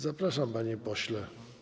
Zapraszam, panie pośle.